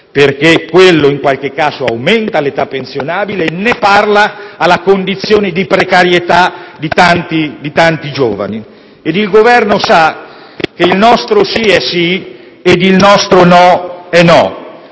perché quello, in qualche caso, aumenta l'età pensionabile, anche con riferimento alla condizione di precarietà di tanti giovani. Il Governo sa che il nostro sì è sì e il nostro no è no.